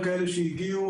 צוהריים טובים,